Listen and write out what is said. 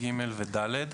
(ג) ו-(ד).